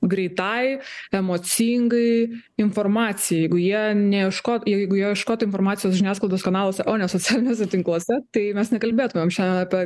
greitai emocingai informacijai jeigu jie neieško jeigu jie ieškotų informacijos žiniasklaidos kanaluose o ne socialiniuose tinkluose tai mes nekalbėtumėm šiandien apie